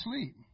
sleep